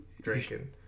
drinking